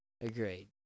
Agreed